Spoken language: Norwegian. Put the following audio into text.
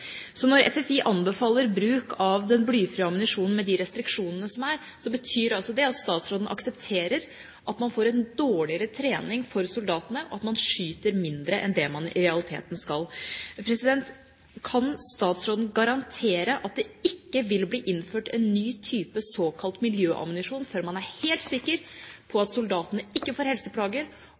Så når FFI anbefaler bruk av den blyfrie ammunisjonen med de restriksjonene som er, betyr altså det at statsråden aksepterer at man får en dårligere trening for soldatene, og at man skyter mindre enn det man i realiteten skal. Kan statsråden garantere at det ikke vil bli innført en ny type såkalt miljøammunisjon før man er helt sikker på at soldatene ikke får helseplager,